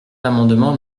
l’amendement